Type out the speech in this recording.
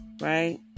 right